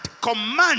Command